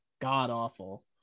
god-awful